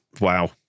Wow